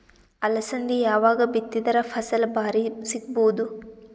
ಅಲಸಂದಿ ಯಾವಾಗ ಬಿತ್ತಿದರ ಫಸಲ ಭಾರಿ ಸಿಗಭೂದು?